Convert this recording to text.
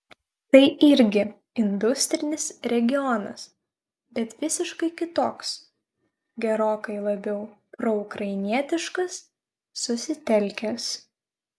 tai irgi industrinis regionas bet visiškai kitoks gerokai labiau proukrainietiškas susitelkęs